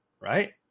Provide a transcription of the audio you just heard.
right